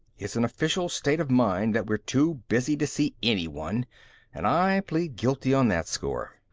it's an official state of mind that we're too busy to see anyone and i plead guilty on that score.